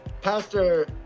Pastor